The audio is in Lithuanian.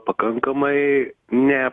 pakankamai ne